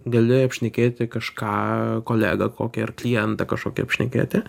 gali apšnekėti kažką kolegą kokį ar klientą kažkokį apšnekėti